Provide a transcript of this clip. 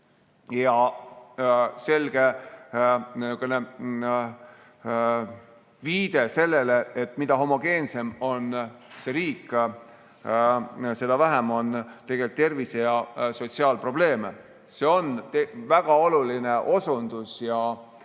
Selge viide oli sellele, et mida homogeensem on riik, seda vähem on tervise‑ ja sotsiaalprobleeme. See on väga oluline osundus ja